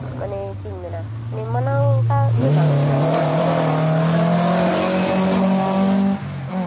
ᱢᱟᱱᱮ ᱪᱮᱫ ᱤᱧ ᱢᱮᱱᱟ ᱢᱟᱱᱟᱣ ᱚᱱᱠᱟ ᱤᱭᱟᱹ ᱵᱟᱝ ᱥᱟᱱᱟ ᱢᱮᱭᱟ ᱩᱱᱠᱩ ᱫᱚ ᱢᱟᱱᱮ ᱚᱱᱮ ᱪᱮᱫ ᱤᱧ ᱢᱮᱱᱟ